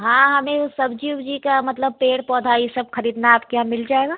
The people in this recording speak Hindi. हाँ हमें सब्जी ओब्जी का मतलब पेड़ पौधा ये सब खरीदना आपके यहाँ मिल जाएगा